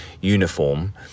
uniform